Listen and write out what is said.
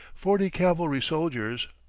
forty cavalry soldiers,